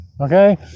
Okay